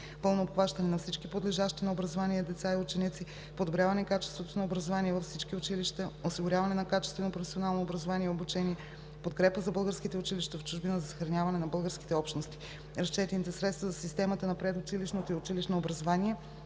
пълно обхващане на всички подлежащи на образование деца и ученици; подобряване на качеството на образованието във всички училища; осигуряване на качествено професионално образование и обучение; подкрепа за българските училища в чужбина за съхраняване на българските общности. Разчетените средства за системата на предучилищното и училищното образование